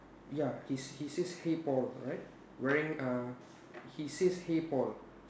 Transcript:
ya he he says hey Paul right wearing uh he says hey Paul